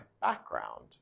background